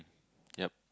yup